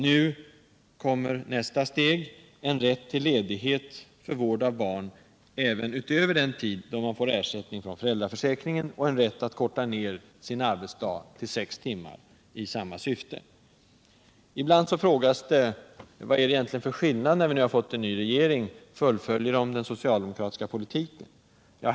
Nu kommer nästa steg, en rätt till ledighet för vård av barn utöver den tid då ersättning utgår genom föräldraförsäkringen och en rätt att korta av sin arbetsdag till sex timmar i samma syfte. Ibland frågas det: Vad är det egentligen för skillnad när vi nu har fått en ny regering? Fullföljer den inte bara den socialdemokratiska politiken?